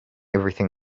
everything